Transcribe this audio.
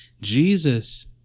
Jesus